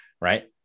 right